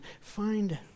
find